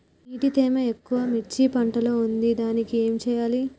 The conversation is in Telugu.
నీటి తేమ ఎక్కువ మిర్చి పంట లో ఉంది దీనికి ఏం చేయాలి?